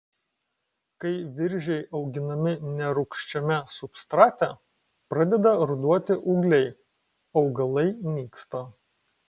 kai viržiai auginami nerūgščiame substrate pradeda ruduoti ūgliai augalai nyksta